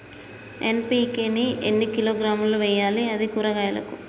NPK ని ఎన్ని కిలోగ్రాములు వెయ్యాలి? అది కూరగాయలకు?